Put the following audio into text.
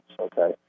Okay